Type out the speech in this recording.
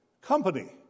company